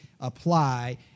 apply